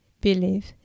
believe